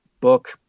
book